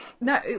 no